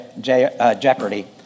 Jeopardy